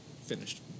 finished